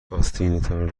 آستینتان